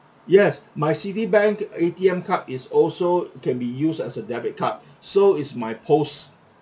yes my Citibank A_T_M card is also can be use as a debit card so is my post